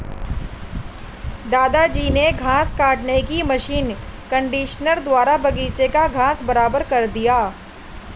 दादाजी ने घास काटने की मशीन कंडीशनर द्वारा बगीची का घास बराबर कर दिया